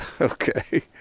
Okay